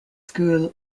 school